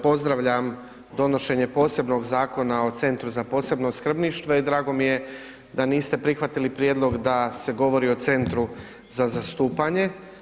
Pozdravljam donošenje posebnog Zakona o Centru za posebno skrbništvo i drago mi je da niste prihvatili prijedlog da se govori o centru za zastupanje.